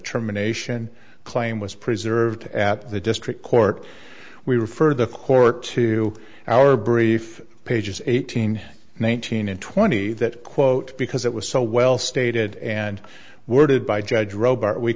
termination claim was preserved at the district court we refer the court to our brief pages eighteen nineteen and twenty that quote because it was so well stated and worded by